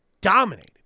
dominated